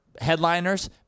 headliners